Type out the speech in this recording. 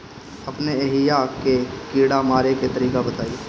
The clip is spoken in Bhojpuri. अपने एहिहा के कीड़ा मारे के तरीका बताई?